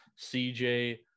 cj